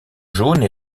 jaune